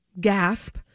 gasp